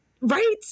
Right